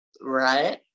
Right